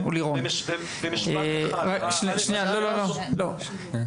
בבקשה, שמך לפרוטוקול.